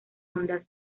ondas